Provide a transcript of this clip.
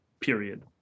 period